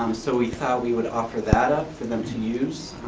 um so we thought we would offer that up for them to use,